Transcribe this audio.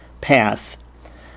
path